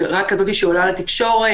רק כזאת שעולה לתקשורת.